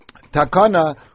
takana